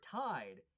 tied